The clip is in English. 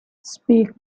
speak